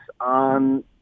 on